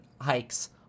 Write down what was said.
hikes